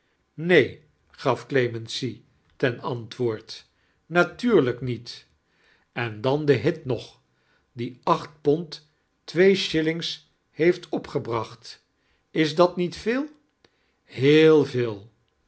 neen gaf clemency ten antwoord natuurlijk niefo en dan de hit nog die acht pond twee shillings heeft opgiebracht is dat niet veel heel veel